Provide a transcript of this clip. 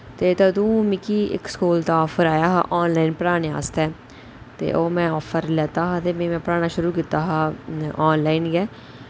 ते तदूं मिगी इक स्कूल दा आफर आया हा आनलाइन पढ़ाने आस्तै ते ओह् में आफर लैता हा ते भी में पढ़ाना शुरु कीता हा आनलाइन गै